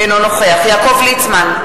אינו נוכח יעקב ליצמן,